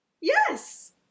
Yes